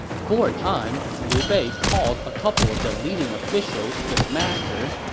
for a time liu bei called a couple of the leading officials his master,